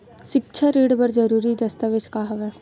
सिक्छा ऋण बर जरूरी दस्तावेज का हवय?